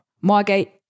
Margate